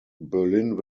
berlin